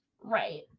Right